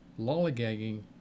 lollygagging